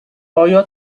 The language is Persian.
آیا